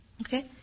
okay